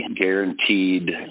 guaranteed